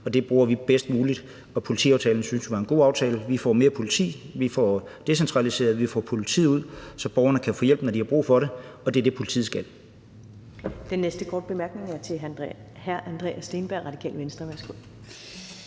og det bruger vi bedst muligt. Politiaftalen synes vi var en god aftale. Vi får mere politi. Vi får decentraliseret. Vi får politiet ud, så borgerne kan få hjælp, når de har brug for det, og det er det, politiet skal. Kl. 10:57 Første næstformand (Karen Ellemann): Den næste korte bemærkning er til hr. Andreas Steenberg, Radikale Venstre.